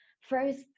first